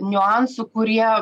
niuansų kurie